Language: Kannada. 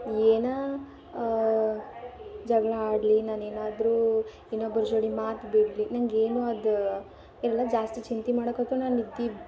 ಏನೇ ಜಗಳ ಆಡಳಿ ನಾನು ಏನಾದರೂ ಇನ್ನೊಬ್ರ ಜೋಡಿ ಮಾತು ಬಿಡಲಿ ನಂಗೆ ಏನು ಅದು ಎಲ್ಲ ಜಾಸ್ತಿ ಚಿಂತೆ ಮಾಡಕ್ಕೆ ಹೋದರೂ ನಾನು ನಿದ್ದೆ